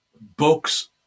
books